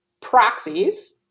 proxies